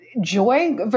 joy